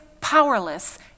powerless